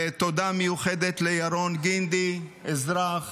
ותודה מיוחדת לירון גינדי, אזרח